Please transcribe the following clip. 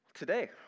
Today